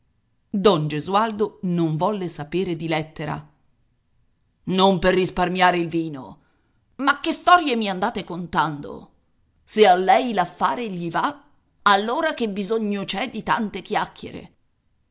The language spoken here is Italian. don gesualdo non volle sapere di lettera non per risparmiare il vino ma che storie mi andate contando se a lei l'affare gli va allora che bisogno c'è di tante chiacchiere